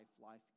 life